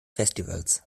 festivals